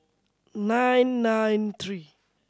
nine nine three